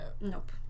Nope